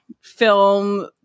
film